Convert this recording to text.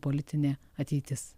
politinė ateitis